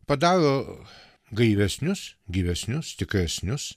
padaro gaivesnius gyvesnius tikresnius